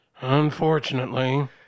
Unfortunately